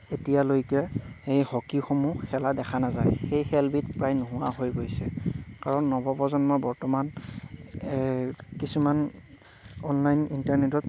এতিয়ালৈকে এই হকীসমূহ খেলা দেখা নাযায় সেই খেলবিধ প্ৰায় নোহোৱা হৈ গৈছে কাৰণ নৱপ্ৰজন্মই বৰ্তমান কিছুমান অনলাইন ইণ্টাৰনেটত